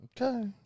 Okay